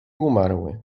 umarły